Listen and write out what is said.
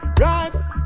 Right